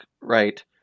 right